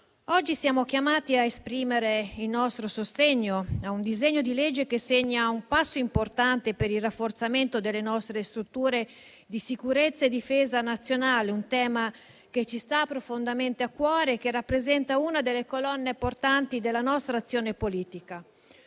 oggi siamo chiamati a esprimere il nostro sostegno a un disegno di legge che segna un passo importante per il rafforzamento delle nostre strutture di sicurezza e difesa nazionale; un tema che ci sta profondamente a cuore e che rappresenta una delle colonne portanti della nostra azione politica.